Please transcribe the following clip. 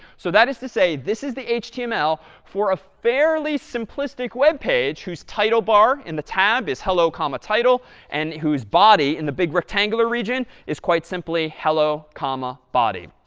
so that is to say this is the html for a fairly simplistic page whose title bar in the tab is hello comma title and whose body in the big rectangular region is quite simply hello comma body.